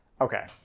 Okay